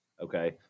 okay